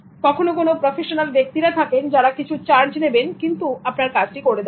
কখনো কোনো প্রফেশনাল ব্যক্তিরা থাকেন যারা কিছু চার্জ নেবেন কিন্তু আপনার কাজটি করে দেবেন